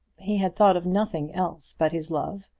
he had thought of nothing else but his love,